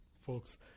folks